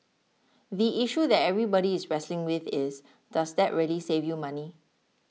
the issue that everybody is wrestling with is does that really save you money